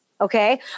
Okay